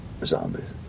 Zombies